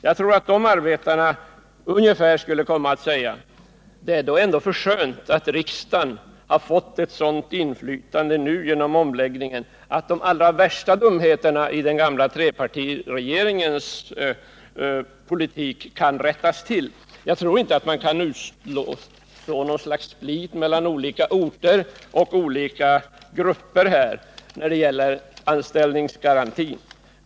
Jag tror att de arbetarna skulle komma att säga ungefär så här: Det är då för skönt att riksdagen nu genom omläggningen har fått ett sådant inflytande att de allra värsta dumheterna i den gamla trepartiregeringens politik kan rättas till. Jag tror inte man kan utså split mellan olika orter och olika grupper när det gäller anställningsgarantin.